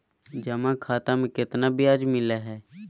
जमा खाता में केतना ब्याज मिलई हई?